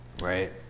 Right